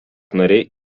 nariai